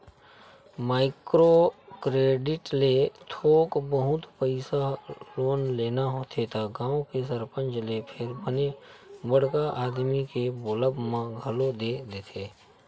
micro credit ले थोक बहुत पइसा लोन लेना होथे त गाँव के सरपंच ते फेर बने बड़का आदमी के बोलब म घलो दे देथे